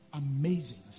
amazing